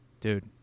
Dude